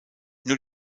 nur